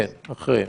כן, אחרי.